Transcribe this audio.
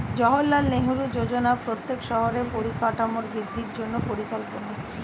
জাওহারলাল নেহেরু যোজনা প্রত্যেক শহরের পরিকাঠামোর বৃদ্ধির জন্য পরিকল্পনা